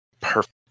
Perfect